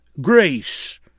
Grace